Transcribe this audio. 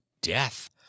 death